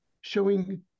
showing